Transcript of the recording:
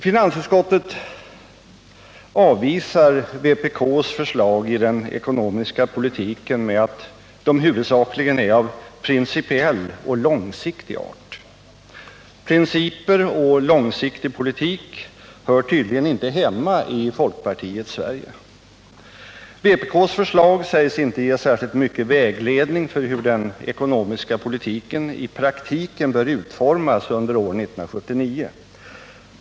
Finansutskottet avvisar vpk:s förslag i den ekonomiska politiken med att de huvudsakligen är av ”principiell och långsiktig art”. Principer och långsiktig politik hör tydligen inte hemma i folkpartiets Sverige. Vpk:s förslag sägs inte ge särskilt mycket vägledning för hur den ekonomiska politiken i praktiken bör utformas under år 1979.